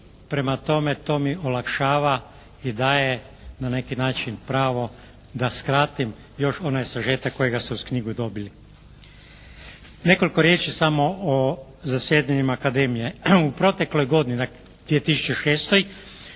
Prema tome to mi olakšava i daje na neki način pravo da skratim još onaj sažetak kojega ste uz knjigu dobili. Nekoliko riječi samo o zasjedanjima Akademije. U protekloj godini, 2006.